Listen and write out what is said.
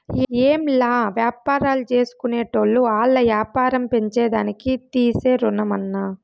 ఏంలా, వ్యాపారాల్జేసుకునేటోళ్లు ఆల్ల యాపారం పెంచేదానికి తీసే రుణమన్నా